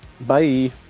Bye